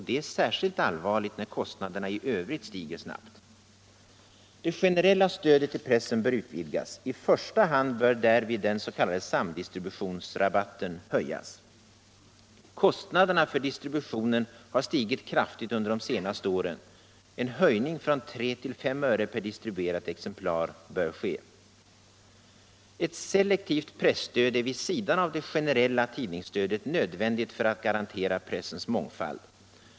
Det är särskilt allvarligt när kostnaderna i övrigt stiger snabbt. Det generella stödet till pressen bör utvidgas. I första hand bör därvid den s.k. samdistributionsrabatten höjas. Kostnaderna för tidningsdistributionen har kraftigt stigit under de senaste åren, varför en höjning från 3 till 5 öre per distribuerat exemplar bör ske. Ett selektivt presstöd är vid sidan av det generella tidningsstödet nödvändigt för att garantera pressens mångfald.